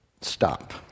Stop